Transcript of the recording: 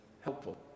helpful